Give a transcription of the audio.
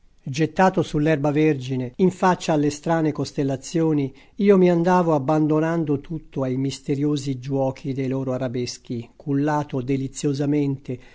gettato sull'erba vergine in faccia alle strane costellazioni io mi andavo abbandonando tutto ai misteriosi giuochi dei loro arabeschi cullato deliziosamente